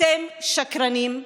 אתם שקרנים,